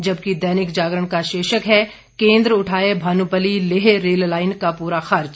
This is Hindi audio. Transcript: जबकि दैनिक जागरण का शीर्षक है केंद्र उठाए भानुपल्ली लेह रेललाइन का पूरा खर्च